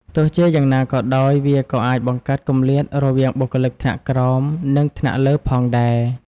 ទោះជាយ៉ាងណាក៏ដោយ វាក៏អាចបង្កើតគម្លាតរវាងបុគ្គលិកថ្នាក់ក្រោម និងថ្នាក់លើផងដែរ។